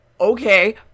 Okay